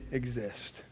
exist